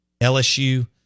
LSU